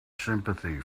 sympathy